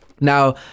Now